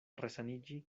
resaniĝi